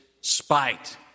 spite